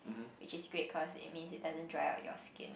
which is great cause it means it doesn't dry out your skin